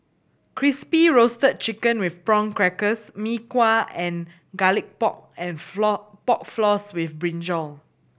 Crispy Roasted Chicken with Prawn Crackers Mee Kuah and Garlic Pork and floor Pork Floss with brinjal